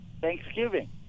Thanksgiving